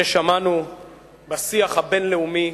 ששמענו בשיח הבין-לאומי,